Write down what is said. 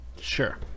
Sure